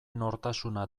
nortasuna